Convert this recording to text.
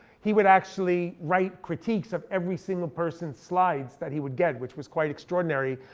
he would actually write critiques of every single person's slides that he would get, which was quite extraordinary.